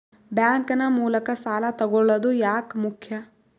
Bank ನ ಮೂಲಕ ಸಾಲ ತಗೊಳ್ಳೋದು ಯಾಕ ಮುಖ್ಯ?